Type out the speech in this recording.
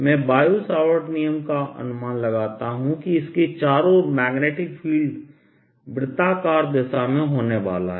मैं Biot Savart नियम से अनुमान लगाता हूं कि इसके चारों ओर मैग्नेटिक फील्ड वृत्ताकार दिशा में होने वाला है